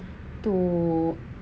to